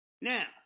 Now